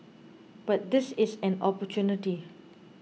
but this is an opportunity